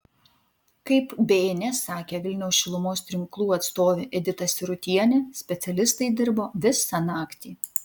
kaip bns sakė vilniaus šilumos tinklų atstovė edita sirutienė specialistai dirbo visą naktį